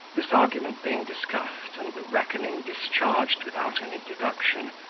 this argument being discussed, and the reckoning discharged without any deduction,